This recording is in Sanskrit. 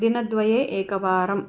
दिनद्वये एकवारम्